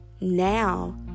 Now